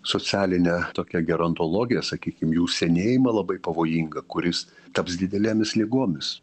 socialinę tokia gerantologiją sakykim jų senėjimą labai pavojingą kuris taps didelėmis ligomis